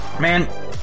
Man